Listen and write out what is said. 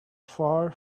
far